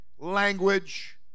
language